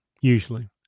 usually